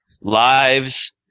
Lives